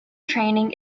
training